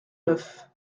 neuf